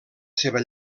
seva